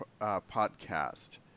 podcast